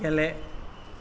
गेले